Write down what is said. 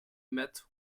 matt